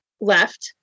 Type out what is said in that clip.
left